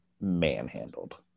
manhandled